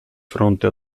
fronte